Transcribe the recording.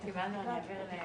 נעולה.